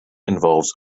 involves